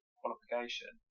qualification